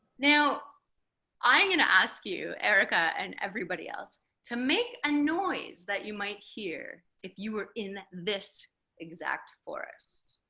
now i'm gonna ask you erica and everybody else to make a noise that you might hear if you were in this exact forest